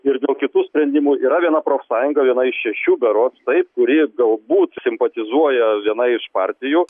ir dėl kitų sprendimų yra viena profsąjunga viena iš šešių berods taip kuri galbūt simpatizuoja vienai iš partijų